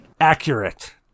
Accurate